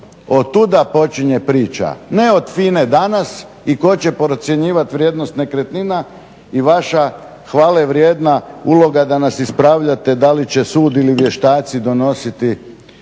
Otuda počinje priča. Ne od FINA-e danas i tko će procjenjivati vrijednost nekretnina i vaša hvale vrijedna uloga da nas ispravljate da li će sud ili vještaci donositi